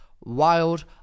wild